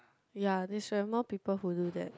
ya they should have more people to do that